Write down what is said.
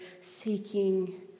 seeking